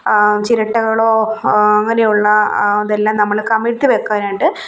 ചിരട്ടകളോ അങ്ങനെയുള്ള തെല്ലാം നമ്മള് കമഴ്ത്തിവയ്ക്കാനായിട്ട്